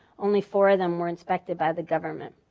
only four of them were inspected by the government.